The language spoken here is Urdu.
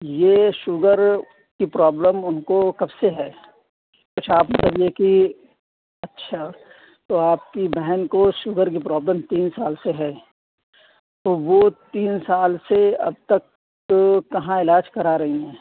یہ شوگر کی پرابلم اُن کو کب سے ہے اچھا آپ مطلب یہ کہ اچھا تو آپ کی بہن کو شوگر کی پرابلم تین سال سے ہے تو وہ تین سال سے اب تک کہاں علاج کرا رہی ہیں